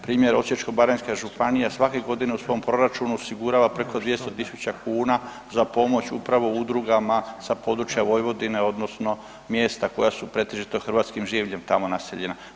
Primjer Osječko-baranjska županija svake godine u svom proračunu osigurava preko 200.000 kuna za pomoć upravo udrugama sa područja Vojvodine odnosno mjesta koja su pretežito hrvatskim življem tamo naseljena.